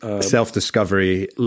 Self-discovery